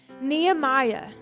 Nehemiah